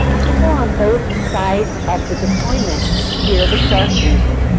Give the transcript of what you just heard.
people on both sides of the deployment hear the shark music.